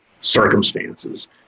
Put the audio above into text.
circumstances